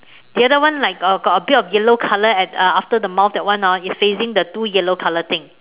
the other one like got got a bit a bit yellow color at uh after the mouth that one orh is facing the two yellow color thing